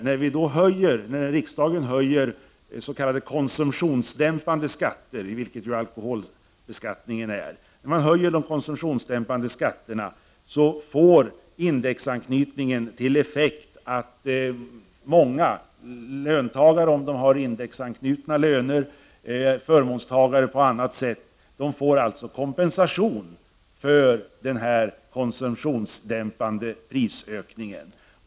När riksdagen höjer de s.k. konsumtionsdämpande skatterna, dit alkoholskatterna räknas, får indexan knytningen till effekt att många löntagare som har indexanknutna löner och andra förmånstagare får en kompensation för den konsumtionsdämpande prisökningen.